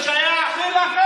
מה זה שייך?